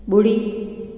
ॿुड़ी